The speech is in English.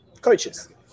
coaches